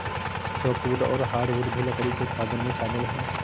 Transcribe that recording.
softwood और hardwood भी लकड़ी के उत्पादन में शामिल है